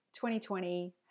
2020